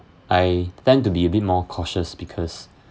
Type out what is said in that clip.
I tend to be a bit more cautious because